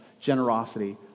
generosity